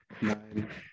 nine